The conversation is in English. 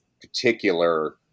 particular